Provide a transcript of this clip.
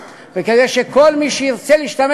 כדי שלא תהיה חלוקה בחינם וכדי שכל מי שירצה להשתמש